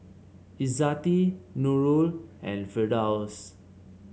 Izzati Nurul and Firdaus